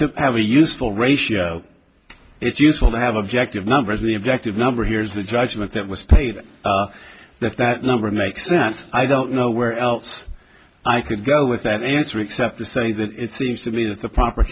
to have a useful ratio it's useful to have objective numbers the objective number here is the judgment that was paid that that number makes sense i don't know where else i could go with that answer except to say that it seems to me that the proper